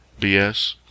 BS